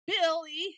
Billy